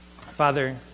Father